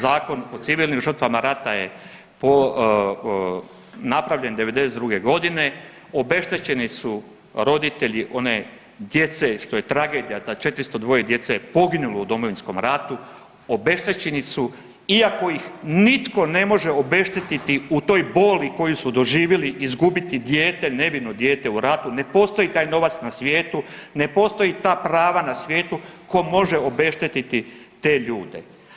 Zakon o civilnim žrtvama rata je po, napravljen '92. g., obeštećeni su roditelji one djece, što je tragedija da 402 djece je poginulo u Domovinskom ratu, obeštećeni su iako ih nitko ne može obeštetiti u toj boli koji su doživjeli, izgubiti dijete, nevino dijete u ratu, ne postoji taj novac na svijetu, ne postoje ta prava na svijetu tko može obeštetiti te ljude.